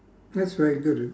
that's very good of